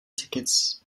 tickets